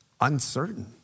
uncertain